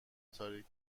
تاریک